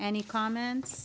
any comments